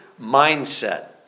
mindset